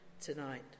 tonight